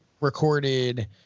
recorded –